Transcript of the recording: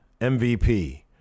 MVP